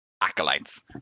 acolytes